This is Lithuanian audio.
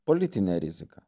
politinę riziką